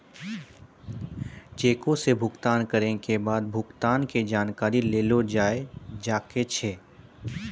चेको से भुगतान करै के बाद भुगतान के जानकारी लेलो जाय सकै छै